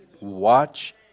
Watch